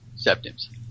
Septums